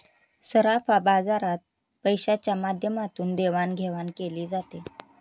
सराफा बाजारात पैशाच्या माध्यमातून देवाणघेवाण केली जाते